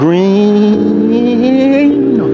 Green